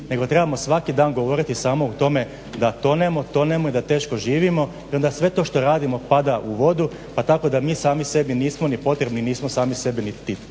nego trebamo svaki dan govoriti samo o tome da tonemo, tonemo i da teško živimo i onda sve to što radimo pada u vodu pa tako da mi sami sebi nismo ni potrebni biti dovoljni.